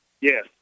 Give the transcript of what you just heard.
yes